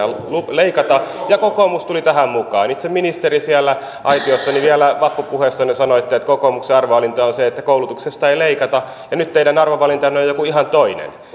leikata ja kokoomus tuli tähän mukaan itse ministeri siellä aitiossa vielä vappupuheessanne sanoitte että kokoomuksen arvovalinta on se että koulutuksesta ei leikata ja nyt teidän arvovalintanne on joku ihan toinen ja